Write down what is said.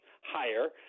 higher